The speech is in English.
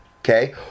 okay